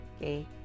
Okay